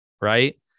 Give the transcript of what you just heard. right